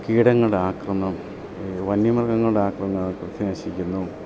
കീടങ്ങളുടെ ആക്രമണം വന്യമൃഗങ്ങളുടെ ആക്രമണങ്ങൾ കൃഷി നശിക്കുന്നു